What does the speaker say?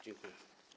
Dziękuję.